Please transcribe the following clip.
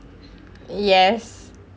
yes